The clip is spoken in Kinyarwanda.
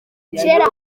kera